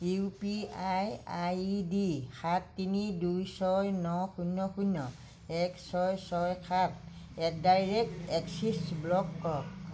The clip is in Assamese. ইউ পি আই আইডি সাত তিনি দুই ছয় ন শূণ্য শূণ্য এক ছয় ছয় সাত at the rate Axis block কৰক